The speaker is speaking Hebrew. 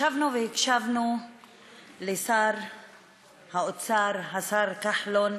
ישבנו והקשבנו לשר האוצר, השר כחלון,